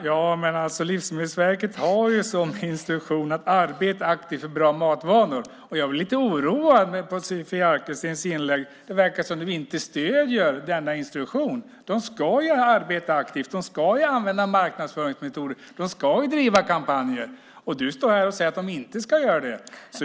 Fru talman! Livsmedelsverket har som instruktion att arbeta aktivt för bra matvanor. Jag blir lite oroad över Sofia Arkelstens inlägg. Det verkar som om du inte stöder denna instruktion. Livsmedelsverket ska arbeta aktivt. De ska använda marknadsföringsmetoder. De ska bedriva kampanjer. Och du står här och säger att de inte ska göra det!